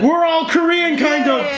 we're all korean kinda